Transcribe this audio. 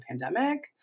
pandemic